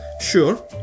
Sure